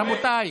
רבותיי,